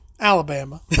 Alabama